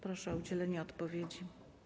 Proszę o udzielenie odpowiedzi.